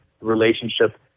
relationship